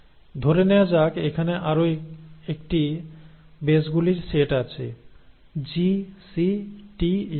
ধরে নেয়া যাক এখানে আরও একটি বেসগুলির সেট আছে G C T ইত্যাদি